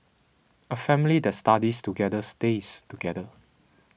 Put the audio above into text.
a family that studies together stays together